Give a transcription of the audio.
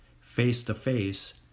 face-to-face